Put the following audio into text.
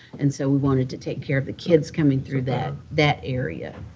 and so, we wanted to take care of the kids coming through that that area.